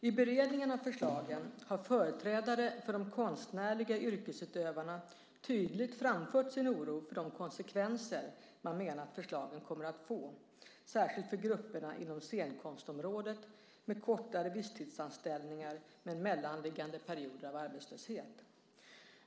I beredningen av förslagen har företrädare för de konstnärliga yrkesutövarna tydligt framfört sin oro för de konsekvenser man menar att förslagen kommer att få, särskilt för grupperna inom scenkonstområdet med kortare visstidsanställningar med mellanliggande perioder av arbetslöshet.